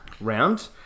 round